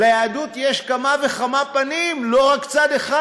ליהדות יש כמה וכמה פנים, לא רק צד אחד,